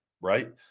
Right